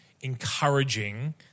encouraging